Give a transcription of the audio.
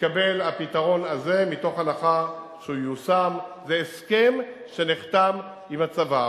התקבל הפתרון הזה מתוך הנחה שהוא ייושם בהסכם שנחתם עם הצבא.